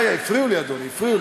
רגע, הפריעו לי, אדוני.